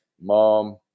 mom